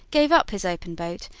gave up his open boat,